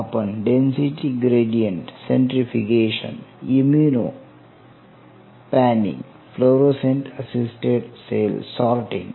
आपण density gradient centrifugation immunopanning fluorescent assisted cell sorting